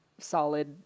solid